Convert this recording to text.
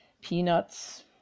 Peanuts